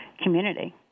community